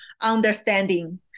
understanding